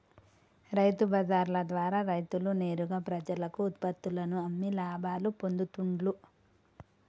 రైతు బజార్ల ద్వారా రైతులు నేరుగా ప్రజలకు ఉత్పత్తుల్లను అమ్మి లాభాలు పొందుతూండ్లు